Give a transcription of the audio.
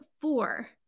four